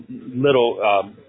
little